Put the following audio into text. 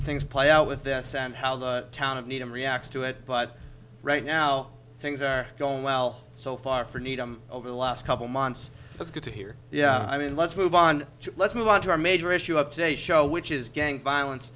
things play out with this and how the town of needham reacts to it but right now things are going well so far for needham over the last couple months it's good to hear yeah i mean let's move on to let's move on to our major issue of today show which is gang